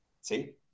See